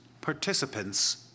participants